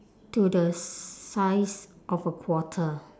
to the size of a quarter